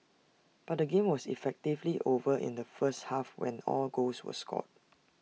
but the game was effectively over in the first half when all goals were scored